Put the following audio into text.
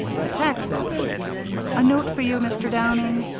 the taxes a note for you, mr. downing,